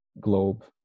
globe